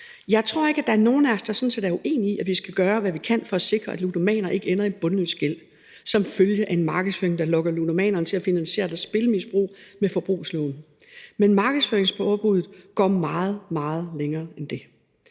Jeg tror ikke, at der er nogen af os, der sådan set er uenige i, at vi skal gøre, hvad vi kan, for at sikre, at ludomaner ikke ender i en bundløs gæld som følge af en markedsføring, der lokker ludomanerne til at finansiere deres spillemisbrug med forbrugslån, men markedsføringsforbuddet går meget, meget længere end det.